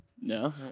No